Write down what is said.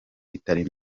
itari